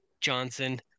Johnson